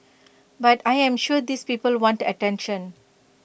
but I am sure these people want attention